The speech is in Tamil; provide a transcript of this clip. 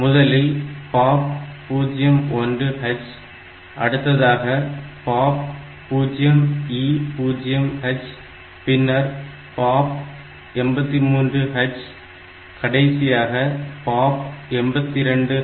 முதலில் POP 01 H அடுத்ததாக POP 0E0 H பின்னர் POP 83 H கடைசியாக POP 82 H